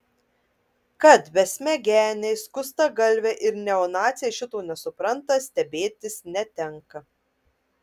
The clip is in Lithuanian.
kad besmegeniai skustagalviai ir neonaciai šito nesupranta stebėtis netenka